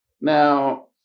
Now